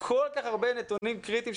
כל כך הרבה נתונים קריטיים.